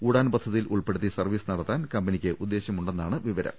ഉഡാൻ പദ്ധതിയിലുൾപ്പെടുത്തി സർവീസ് നടത്താനും കമ്പനിക്ക് ഉദ്ദേശമുണ്ടെന്നാണ് വിവരം